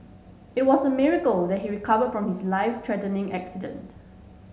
it was a miracle that he recover from his life threatening accident